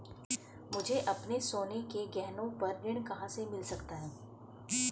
मुझे अपने सोने के गहनों पर ऋण कहां से मिल सकता है?